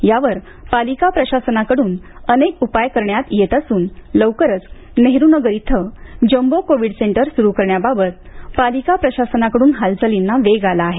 यावर पालिका प्रशासनाकडून अनेक उपाय करण्यात येत असून लवकरच नेहरूनगर इथं जम्बो कोवीड सेंटर सूरू करण्याबाबत पालिका प्रशासनाकडून हालचालींना वेग आला आहे